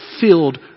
filled